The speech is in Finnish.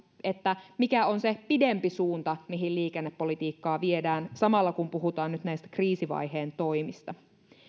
mikä on se pidempi suunta mihin liikennepolitiikkaa viedään samalla kun puhutaan nyt näistä kriisivaiheen toimista